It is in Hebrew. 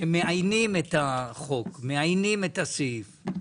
שמעיינים את החוק מעיינים את הסעיף,